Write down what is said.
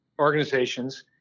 organizations